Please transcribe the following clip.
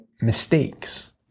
mistakes